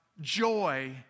joy